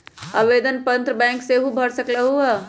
आवेदन पत्र बैंक सेहु भर सकलु ह?